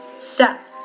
step